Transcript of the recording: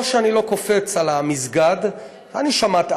כמו שאני לא קופץ על המסגד, מה זה המסגד?